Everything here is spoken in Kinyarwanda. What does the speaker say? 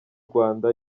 rwanda